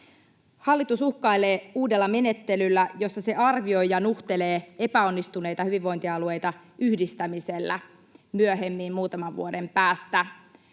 Hallitus uhkailee uudella menettelyllä, jossa se arvioi ja nuhtelee epäonnistuneita hyvinvointialueita yhdistämisellä myöhemmin, muutaman vuoden päästä.